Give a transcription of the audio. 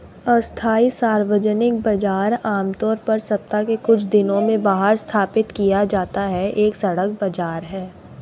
अस्थायी सार्वजनिक बाजार, आमतौर पर सप्ताह के कुछ दिनों में बाहर स्थापित किया जाता है, एक सड़क बाजार है